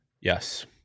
Yes